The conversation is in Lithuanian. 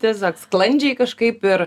tiesiog sklandžiai kažkaip ir